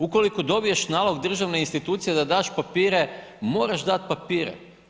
Ukoliko dobiješ nalog državne institucije da daš papire, moraš dat papire.